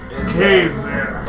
Caveman